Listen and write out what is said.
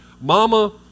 Mama